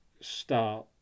start